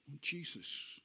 Jesus